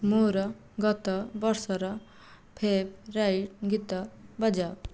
ମୋର ଗତବର୍ଷର ଫେଭୋରାଇଟ୍ ଗୀତ ବଜାଅ